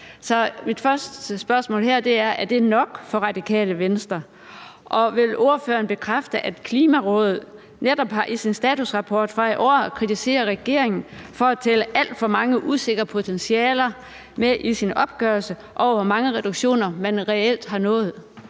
Så mit første spørgsmål her er: Er det nok for Radikale Venstre, og vil ordføreren bekræfte, at Klimarådet netop i sin statusrapport fra i år har kritiseret regeringen for at tælle alt for mange usikre potentialer med i sin opgørelse over, hvor mange reduktioner man reelt har nået?